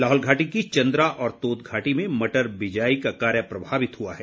लाहौल घाटी की चंद्रा और तोद घाटी में मटर बिजाई का कार्य प्रभावित हुआ है